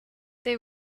they